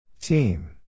Team